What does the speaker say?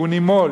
והוא נימול,